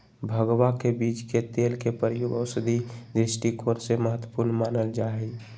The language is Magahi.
भंगवा के बीज के तेल के प्रयोग औषधीय दृष्टिकोण से महत्वपूर्ण मानल जाहई